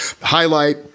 highlight